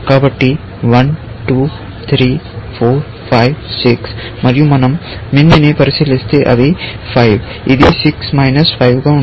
కాబట్టి 123456 మరియు మనం MIN ని పరిశీలిస్తే అవి 5 ఇది 6 5 గా ఉంటుంది